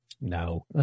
No